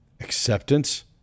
acceptance